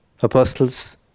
apostles